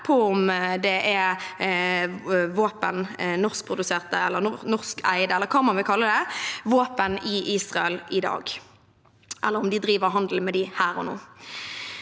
kalle det – våpen i Israel i dag, eller om de driver handel med dem her og nå.